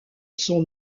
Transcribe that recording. son